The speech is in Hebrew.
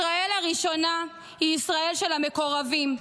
ישראל הראשונה היא ישראל של המקורבים,